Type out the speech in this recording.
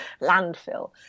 landfill